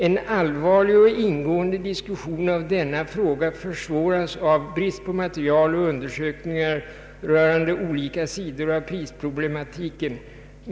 En allvarlig och ingående diskussion av denna fråga försvåras av brist på material och undersökningar rörande olika sidor av prisproblematiken.